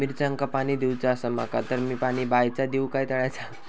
मिरचांका पाणी दिवचा आसा माका तर मी पाणी बायचा दिव काय तळ्याचा?